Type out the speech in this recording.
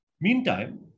Meantime